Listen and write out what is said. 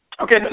Okay